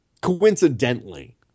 coincidentally